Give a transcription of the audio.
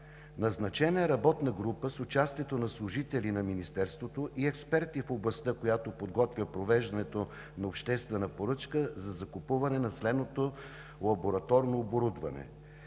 Назначена е работна група с участието на служители на Министерството и експерти в областта, която подготвя провеждането на обществена поръчка за закупуване на следното лабораторно оборудване: